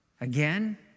Again